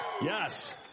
Yes